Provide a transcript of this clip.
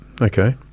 Okay